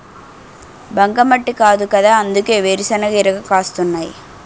బంకమట్టి కాదుకదా అందుకే వేరుశెనగ ఇరగ కాస్తున్నాయ్